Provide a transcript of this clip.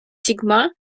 sigma